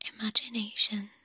Imagination